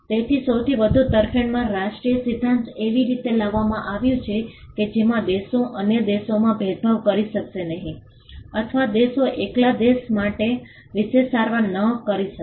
તેથી સૌથી વધુ તરફેણમાં રાષ્ટ્ર સિદ્ધાંત એવી રીતે લાવવામાં આવ્યું કે જેમાં દેશો અન્ય દેશોમાં ભેદભાવ કરી શકે નહીં અથવા દેશો એકલા દેશ માટે વિશેષ સારવાર ન કરી શકે